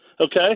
Okay